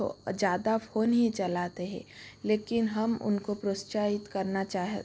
तो ज़्यादा फ़ोन ही चलाते हैं लेकिन हम उनको प्रोत्साहित करना चाहे